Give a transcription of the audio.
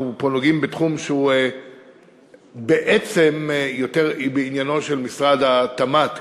אנחנו פה נוגעים בתחום שהוא בעצם יותר בעניינו של משרד התמ"ת,